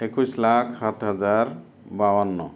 একৈশ লাখ সাত হাজাৰ বাৱন্ন